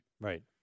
Right